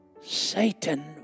Satan